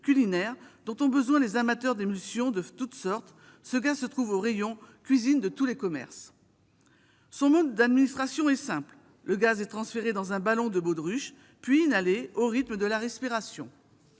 culinaire dont ont besoin les amateurs d'émulsions de toutes sortes, ce gaz se trouve au rayon cuisine de tous les commerces. Son mode d'administration est simple : le gaz est transféré dans un ballon de baudruche, puis inhalé au rythme de la respiration.